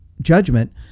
judgment